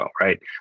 right